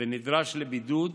ונדרש לבידוד,